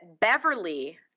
beverly